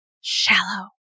shallow